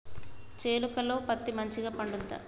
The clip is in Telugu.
చేలుక లో పత్తి మంచిగా పండుద్దా?